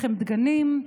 לחם דגנים,